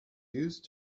used